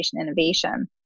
innovation